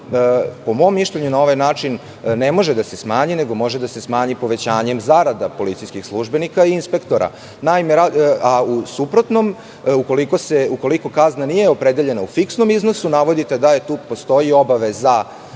po mom mišljenju, na ovaj način ne može da se smanji, nego može da se smanji povećanjem zarada policijskih službenika i inspektora. U suprotnom, ukoliko kazna nije opredeljenja u fiksnom iznosu, navodite da tu postoji obaveza